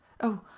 Oh